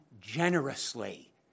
generously